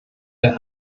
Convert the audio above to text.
der